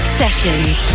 sessions